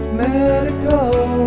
medical